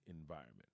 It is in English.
environment